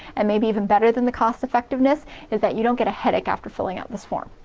and maybe even better than the cost-effectiveness is that you don't get a headache after filling out this form.